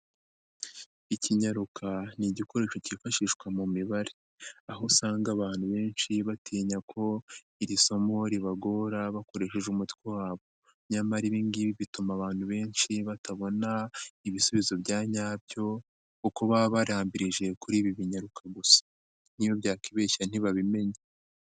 Ikinyaruka ni igikoresho cyifashishwa mu mibare. Aho usanga abantu benshi batinya ko iri somo ribagora bakoresheje umutwe wabo. Nyamara ibi ngibi bituma abantu benshi batabona ibisubizo bya nyabyo kuko baba barambirije kuri ibi binyaruka gusa. Niyo byakibeshya ntibabimenya.